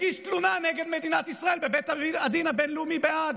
הגיש תלונה נגד מדינת ישראל בבית הדין הבין-לאומי בהאג,